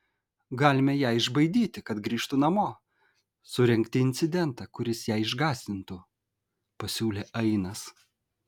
galime ją išbaidyti kad grįžtų namo surengti incidentą kuris ją išgąsdintų pasiūlė ainas